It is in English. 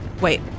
wait